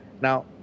Now